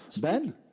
Ben